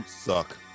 suck